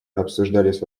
обсуждались